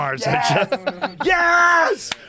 Yes